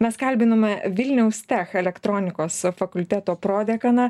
mes kalbinome vilniaus tech elektronikos fakulteto prodekaną